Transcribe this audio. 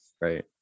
Right